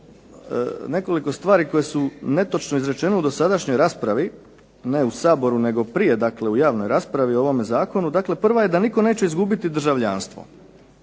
nekoliko stvari koje su netočno izrečene u dosadašnjoj raspravi, ne u Saboru nego prije, dakle u javnoj raspravi o ovome zakonu. Dakle, prva je da nitko neće izgubiti državljanstvo.